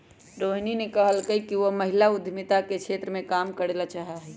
रोहिणी ने कहल कई कि वह महिला उद्यमिता के क्षेत्र में काम करे ला चाहा हई